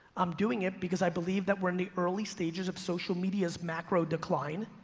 i'm doing it because i believe that we're in the early stages of social media's macro decline